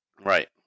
Right